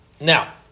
Now